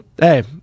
hey